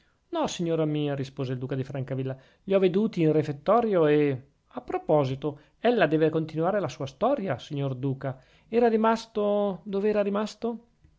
no signora mia rispose il duca di francavilla li ho veduti in refettorio e a proposito ella deve continuare la sua storia signor duca era rimasto dov'era rimasto